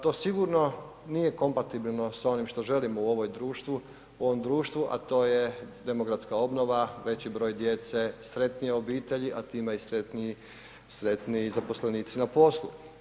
To sigurno nije kompatibilno sa onim što želimo u ovom društvu, a to je demografska obnova, veći broj djece, sretnije obitelji a time i sretniji zaposlenici na poslu.